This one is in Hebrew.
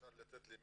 אפשר לתת למישהו,